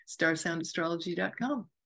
StarSoundAstrology.com